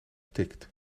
tikt